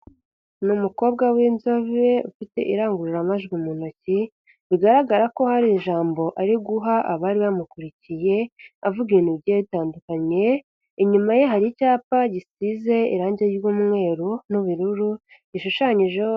Ni umukobwa w'inzobe ufite irangururamajwi mu ntoki, bigaragara ko hari ijambo ari guha abari bamukurikiye, avuga ibintu bigiye bitandukanye, inyuma ye hari icyapa gisize irangi ry'umweru n'ubururu gishushanyijeho...